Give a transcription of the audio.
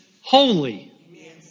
holy